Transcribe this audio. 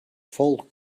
full